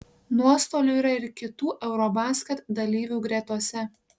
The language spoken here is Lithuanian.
nuostolių yra ir kitų eurobasket dalyvių gretose